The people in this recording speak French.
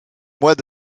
mois